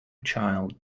child